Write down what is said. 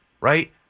right